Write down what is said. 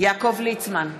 יעקב ליצמן,